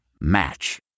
Match